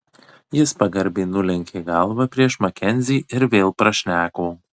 jis pagarbiai nulenkė galvą prieš makenzį ir vėl prašneko